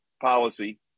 policy